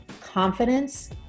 confidence